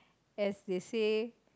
as they say